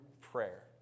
prayer